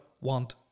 want